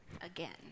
again